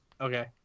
Okay